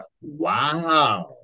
Wow